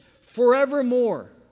forevermore